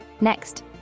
Next